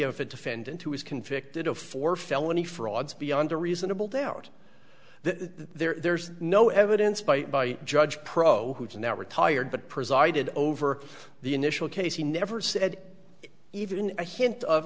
have a defendant who was convicted of four felony frauds beyond a reasonable doubt that there's no evidence by judge pro who is now retired but presided over the initial case he never said even a hint of